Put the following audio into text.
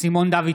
סימון דוידסון,